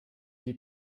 die